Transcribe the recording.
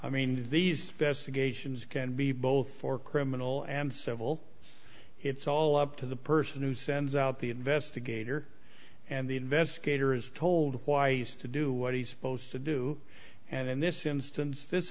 is can be both for criminal and civil it's all up to the person who sends out the investigator and the investigator is told why he's to do what he's supposed to do and in this instance this